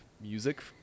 music